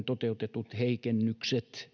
toteutetut heikennykset